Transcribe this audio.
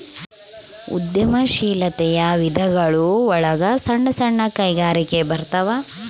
ಉದ್ಯಮ ಶೀಲಾತೆಯ ವಿಧಗಳು ಒಳಗ ಸಣ್ಣ ಸಣ್ಣ ಕೈಗಾರಿಕೆ ಬರತಾವ